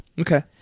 Okay